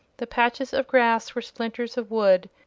the patches of grass were splinters of wood,